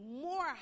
more